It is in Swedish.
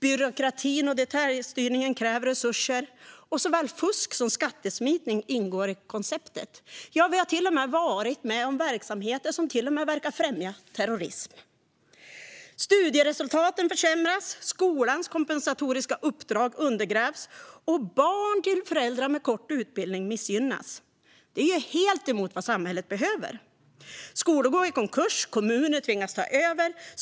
Byråkratin och detaljstyrningen kräver resurser, och såväl fusk som skattesmitning ingår i konceptet - ja, vi har till och med varit med om verksamheter som verkar främja terrorism. Studieresultaten försämras, och skolans kompensatoriska uppdrag undergrävs. Barn till föräldrar med kort utbildning missgynnas, vilket ju är något helt annat än vad samhället behöver. Skolor går i konkurs, och kommuner tvingas ta över.